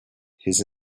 his